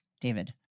David